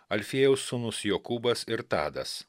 alfiejaus sūnus jokūbas ir tadas